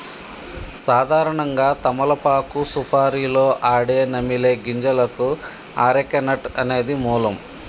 సాధారణంగా తమలపాకు సుపారీలో ఆడే నమిలే గింజలకు అరెక నట్ అనేది మూలం